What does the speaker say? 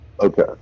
Okay